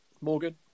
Morgan